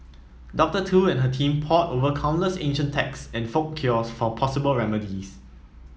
Doctor Tu and her team pored over countless ancient texts and folk cures for possible remedies